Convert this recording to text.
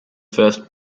first